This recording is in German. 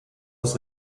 das